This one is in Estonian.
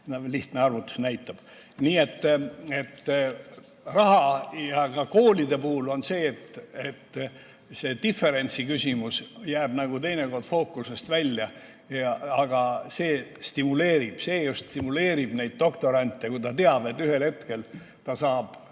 Lihtne arvutus seda näitab. Nii et raha ja ka koolide puhul on nii, et see diferentsiküsimus jääb nagu teinekord fookusest välja. Aga see just stimuleerib doktorante, kui nad teavad, et ühel hetkel nad saavad